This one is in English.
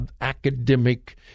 academic